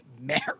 married